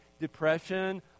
depression